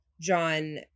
John